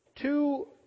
two